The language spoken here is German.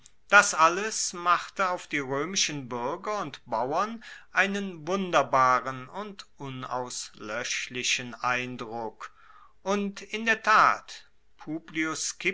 das alles machte auf die roemischen buerger und bauern einen wunderbaren und unausloeschlichen eindruck und in der tat